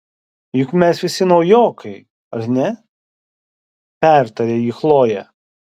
juk mes visi naujokai ar ne pertarė jį chlojė